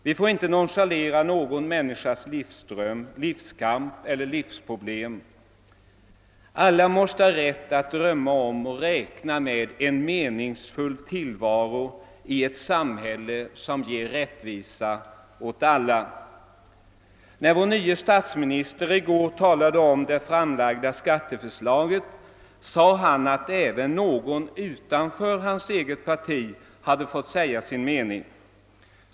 Vi får inte nonchalera någon människas livsdröm, livskamp eller livsproblem. Alla måste ha rätt att drömma om och räkna med en meningsfull tillvaro i ett samhälle som ger rättvisa åt alla. När vår nye statsminister i går talade om det framlagda skatteförslaget sade han att även någon utanför hans eget parti hade fått säga sin mening.